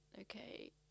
Okay